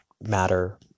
matter